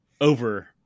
over